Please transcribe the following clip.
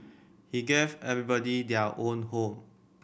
he gave everybody their own home